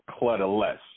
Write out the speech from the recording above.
clutterless